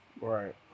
Right